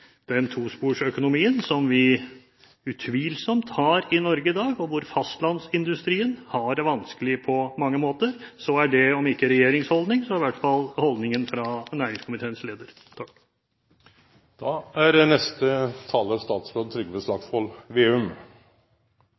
den tosporsøkonomien som vi utvilsomt har i Norge i dag, og hvor fastlandsindustrien har det vanskelig på mange måter. Så dette er om ikke regjeringens holdning, så i hvert fall holdningen fra næringskomiteens leder. Det var representanten Frank Bakke-Jensen som fikk meg til å ta ordet, for da